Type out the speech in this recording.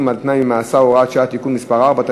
על-תנאי ממאסר (הוראת שעה) (תיקון מס' 4),